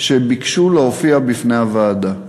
שביקשו להופיע בפני הוועדה.